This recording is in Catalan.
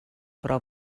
però